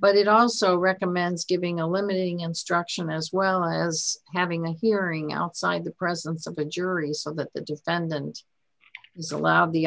but it also recommends giving a limiting instruction as well as having a hearing outside the presence of the jury so that the defendant is allowed the